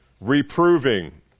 reproving